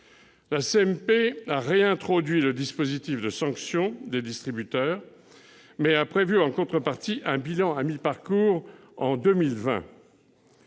a réintroduit le dispositif de sanction des distributeurs, mais a prévu en contrepartie un bilan à mi-parcours en 2020.